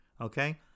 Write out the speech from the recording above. Okay